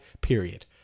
period